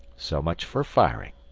so much for firing.